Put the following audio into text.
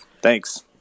Thanks